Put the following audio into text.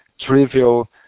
trivial